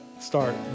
start